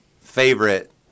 favorite